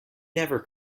never